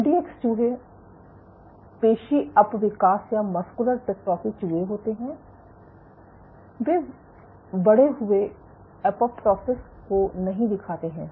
MDX चूहे पेशी अपविकास या मस्कुलर डेस्ट्रोफी चूहे होते हैं वे बढ़े हुए एपोप्टोसिस को नही दिखाते हैं